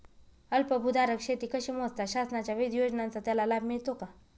अल्पभूधारक शेती कशी मोजतात? शासनाच्या विविध योजनांचा त्याला लाभ मिळतो का?